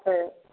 फेर